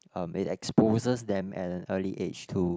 um it exposes them at an early age to